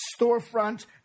storefront